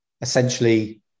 essentially